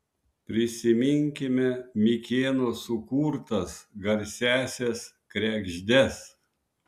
prisiminkime mikėno sukurtas garsiąsias kregždes